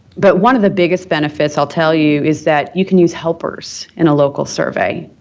but one of the biggest benefits, i'll tell you, is that you can use helpers in a local survey,